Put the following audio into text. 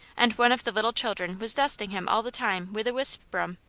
and one of the little children was dusting him all the time with a wisp broom!